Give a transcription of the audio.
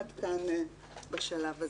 עד כאן בשלב הזה.